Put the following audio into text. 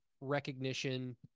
recognition